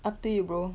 up to you bro